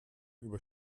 über